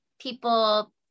people